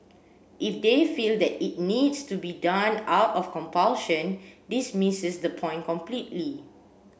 if they feel that it needs to be done out of compulsion this misses the point completely